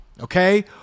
Okay